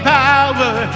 power